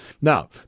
Now